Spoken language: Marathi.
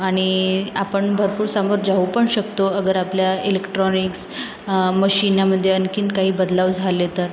आणि आपण भरपूर सामोर जाऊ पण शकतो अगर आपल्या इलेक्ट्राॅनिक्स मशीनामध्ये आणखीन काही बदलाव झाले तर